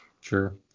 Sure